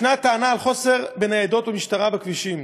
יש טענה שחסרות ניידות משטרה בכבישים.